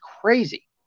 crazy